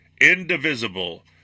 indivisible